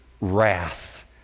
wrath